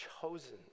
chosen